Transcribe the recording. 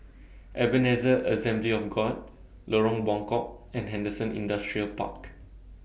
Ebenezer Assembly of God Lorong Buangkok and Henderson Industrial Park